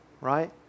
right